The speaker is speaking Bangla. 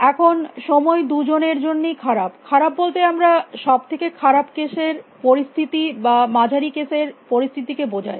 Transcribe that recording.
এখন সময় দু জনের জন্যই খারাপ খারাপ বলতে আমরা সব থেকে খারাপ কেসের পরিস্থিতি বা মাঝারি কেসের পরিস্থিতিকে বোঝাই